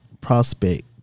prospect